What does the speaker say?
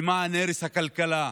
למען הרס הכלכלה,